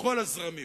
מכל הזרמים,